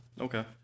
okay